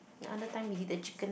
the other time we did the chicken